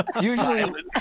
usually